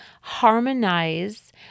harmonize